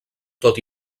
tot